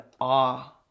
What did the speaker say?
awe